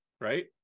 right